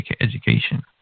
education